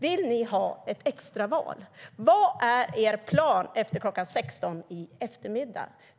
Vill ni ha ett extraval? Vad är er plan efter kl. 16 i eftermiddag?